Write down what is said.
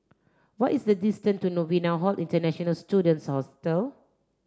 what is the distance to Novena Hall International Students Hostel